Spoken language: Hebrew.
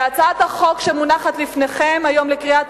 הצעת החוק שמונחת לפניכם היום לקריאה